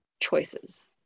choices